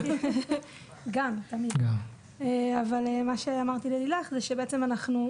אבל מה שאמרתי ללילך זה שבעצם אנחנו,